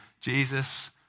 Jesus